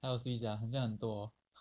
还有 freeze sia 好像很多 hor